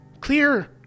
clear